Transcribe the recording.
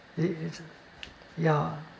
it it's ya